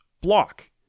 block